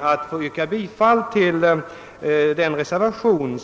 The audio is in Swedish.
att få yrka bifall till den nämnda reservationen.